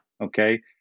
okay